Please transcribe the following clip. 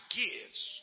gives